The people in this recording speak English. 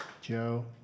Joe